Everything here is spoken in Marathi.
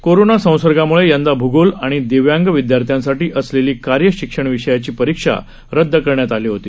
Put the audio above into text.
कोरोंना संसर्गामुळे यंदा भूगोल आणि दिव्यांग विद्यार्थ्यांसाठी असलेली कार्य शिक्षण विषयाची परीक्षा रदद करण्यात आली होती